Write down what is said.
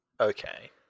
Okay